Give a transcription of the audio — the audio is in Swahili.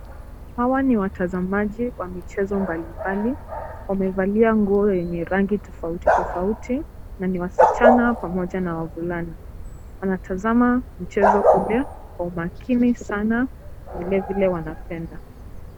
Hawa ni watazamaji wa michezo mbali mbali. Wamevalia nguo yenye rangi tofauti tofauti na ni wasichana pamoja na wavulana. Wanatazama mchezo ule kwa makini sana, vile vile wanapenda.